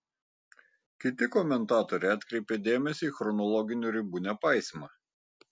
kiti komentatoriai atkreipė dėmesį į chronologinių ribų nepaisymą